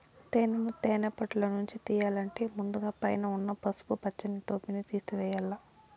తేనెను తేనె పెట్టలనుంచి తియ్యల్లంటే ముందుగ పైన ఉన్న పసుపు పచ్చని టోపిని తేసివేయల్ల